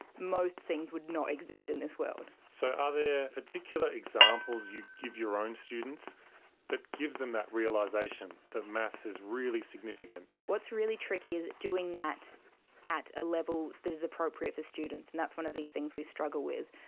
most things would not exist in this world. so are there particular examples you give your own students that gives them that realisation that maths is really significant? what's really tricky is doing that at a level that is appropriate for students, and that's one of these things we struggle with.